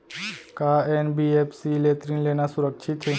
का एन.बी.एफ.सी ले ऋण लेना सुरक्षित हे?